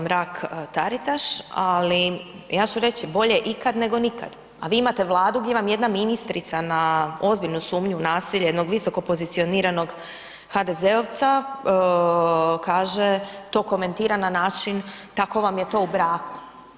Mrak Taritaš, ali ja ću reći bolje ikad nego nikad a vi imate Vladu gdje vam jedna ministrica na ozbiljnu sumnju u nasilje jednog visoko pozicioniranog HDZ-ovca kaže, to komentira na način tako vam je to u braku.